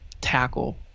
tackle